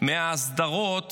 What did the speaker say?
מהסדרות